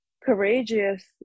courageous